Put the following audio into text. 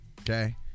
Okay